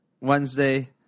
Wednesday